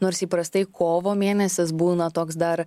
nors įprastai kovo mėnesis būna toks dar